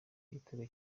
igitego